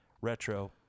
retro